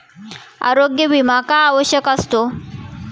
आरोग्य विमा का आवश्यक असतो?